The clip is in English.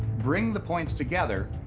bring the points together,